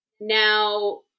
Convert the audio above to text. now